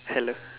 hello